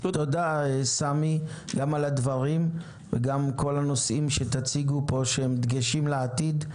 תודה על הדברים ועל הנושאים שתציגו פה שהם דגשים לעתיד,